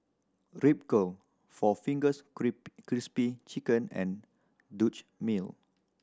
Ripcurl Four Fingers Crispy Chicken and Dutch Mill